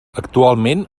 actualment